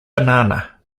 banana